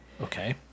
Okay